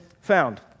found